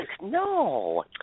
No